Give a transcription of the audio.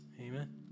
Amen